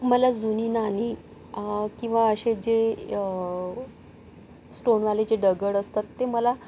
मला जुनी नाणी किंवा असे जे स्टोनवाले जे दगड असतात ते मला